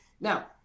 Now